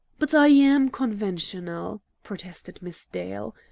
but i am conventional! protested miss dale.